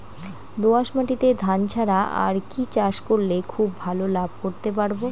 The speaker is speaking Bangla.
দোয়াস মাটিতে ধান ছাড়া আর কি চাষ করলে খুব ভাল লাভ করতে পারব?